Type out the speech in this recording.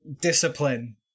discipline